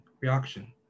reaction